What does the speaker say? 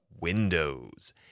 Windows